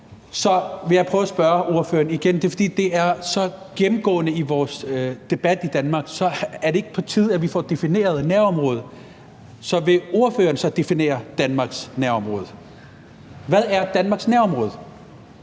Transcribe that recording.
Så vil jeg prøve at spørge ordføreren igen, og det er, fordi det er så gennemgående i vores debat i Danmark: Er det ikke på tide, at vi får defineret begrebet nærområde? Og vil ordføreren så definere Danmarks nærområde? Hvad er Danmarks nærområde?